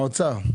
האוצר,